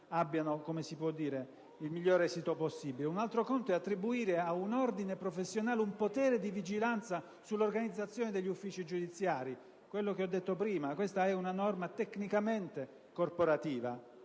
abbiano il migliore esito possibile, un altro è attribuire ad un ordine professionale un potere di vigilanza sull'organizzazione degli uffici giudiziari. Ripeto quindi quanto detto prima: questa è una norma tecnicamente corporativa